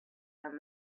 and